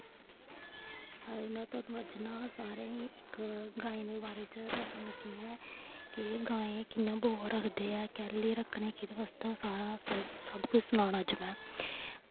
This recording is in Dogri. में तोहानू अज्ज ना सारें गी इक गमां दे बारे च दस्सन लग्गी आं कि गमां कि'यां लोग रक्खदे न कैल्ली रक्खनियां सारा सब कुछ सनाना अज्ज में